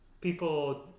people